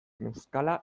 neuzkala